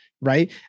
right